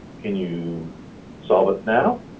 can you solve it now?